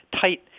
tight